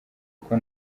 kuko